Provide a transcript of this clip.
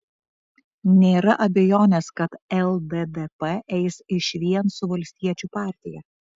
nėra abejonės kad lddp eis išvien su valstiečių partija